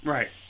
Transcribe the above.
Right